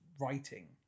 writing